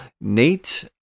Nate